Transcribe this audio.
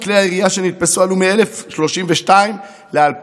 מספר כלי הירייה שנתפסו עלה מ-1,032 ל-2,239.